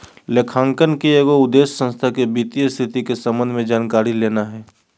लेखांकन के एगो उद्देश्य संस्था के वित्तीय स्थिति के संबंध में जानकारी लेना हइ